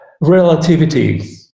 Relativity